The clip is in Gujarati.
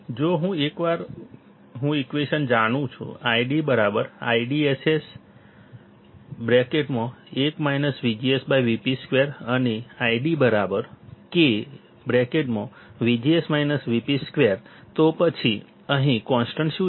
તો એકવાર હું ઈક્વેશન જાણું ID IDSS 1 VGS Vp 2 અને ID K 2 તો પછી અહીં કોન્સ્ટન્ટ શું છે